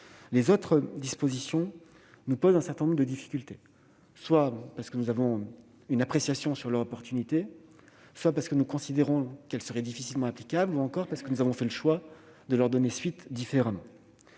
Les autres dispositions nous posent certaines difficultés, parce que nous portons une appréciation sur leur opportunité, parce que nous considérons qu'elles seraient difficilement applicables ou encore parce que nous avons fait le choix d'y donner suite différemment.